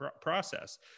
process